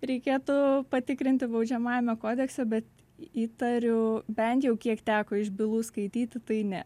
reikėtų patikrinti baudžiamajame kodekse bet įtariu bent jau kiek teko iš bylų skaityti tai ne